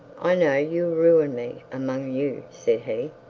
i know you'll ruin me among you said he.